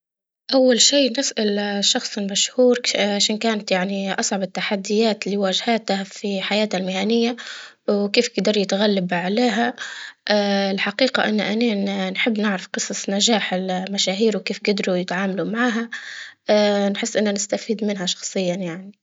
اول شي نسأل الشخص المشهور شن كانت يعني اصعب التحديات اللي واجهاتها في حياتها المهنية، وكيف قدر يتغلب عليها؟ آآ الحقيقة ان انا نحب نعرف قصة نجاح المشاهير وكيف قدروا يتعاملوا معها آآ نحس ان نستفيد شخصيا يعني.